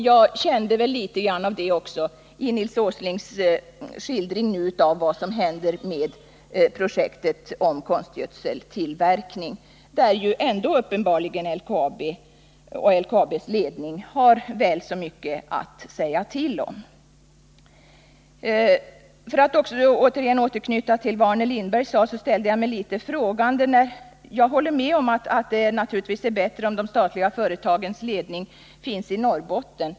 Jag kände väl litet av det också i Nils Åslings skildring av vad som händer med projektet om konstgödseltillverkning, där LKAB och LKAB:s ledning uppenbarligen har väl så mycket att säga till om. För att återigen anknyta till vad Arne Lindberg sade håller jag med honom om att det naturligtvis är bättre om de statliga företagens ledning finns i Norrbotten.